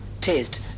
taste